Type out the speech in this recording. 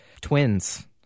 twins